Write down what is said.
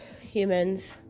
humans